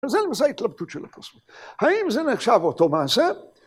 ‫אז זה למעשה ההתלבטות של הפסוק. ‫האם זה נחשב אותו מעשה?